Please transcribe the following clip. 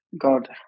God